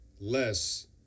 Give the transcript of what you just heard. less